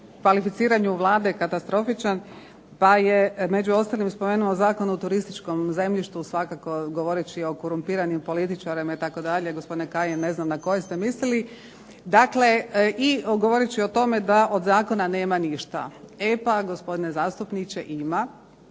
kvalificiranju Vlade katastrofičan, pa je među ostalim spomenuo Zakon o turističkom zemljištu svakako govoreći o korumpiranim političarima itd. Gospodine Kajin, ne znam na koje ste mislili. Dakle, i govoreći o tome da od zakona nema ništa. E pa gospodine zastupniče ima.